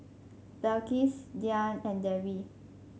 Balqis Dian and Dewi